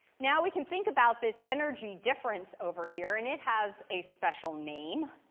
now, we can think about this energy difference over here, and it has a special name.